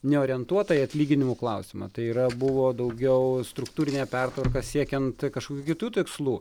neorientuota į atlyginimų klausimą tai yra buvo daugiau struktūrinė pertvarka siekiant kažkokių kitų tikslų